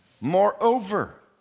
Moreover